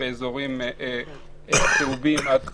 באזורים צהובים, עד 50,